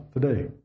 today